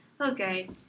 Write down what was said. okay